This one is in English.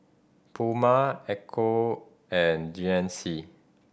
Puma Ecco and G N C